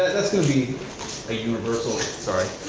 that's gonna be a universal, sorry.